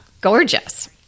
gorgeous